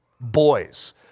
boys